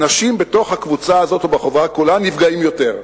הנשים בתוך הקבוצה הזאת ובחברה כולה נפגעות יותר,